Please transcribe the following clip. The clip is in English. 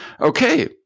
Okay